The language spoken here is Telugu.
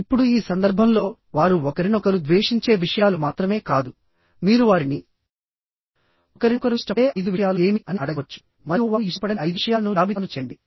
ఇప్పుడు ఈ సందర్భంలో వారు ఒకరినొకరు ద్వేషించే విషయాలు మాత్రమే కాదు మీరు వారిని ఒకరినొకరు ఇష్టపడే 5 విషయాలు ఏమి అని అడగవచ్చు మరియు వారు ఇష్టపడని 5 విషయాలను జాబితాను చేయండి